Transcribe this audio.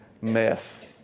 mess